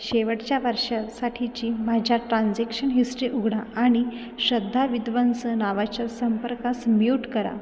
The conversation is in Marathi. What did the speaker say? शेवटच्या वर्षासाठीची माझी ट्रान्झेक्शन हिस्ट्री उघडा आणि श्रद्धा विद्वंस नावाच्या संपर्कास म्यूट करा